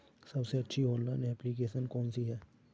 सबसे अच्छी online application कौन सी है?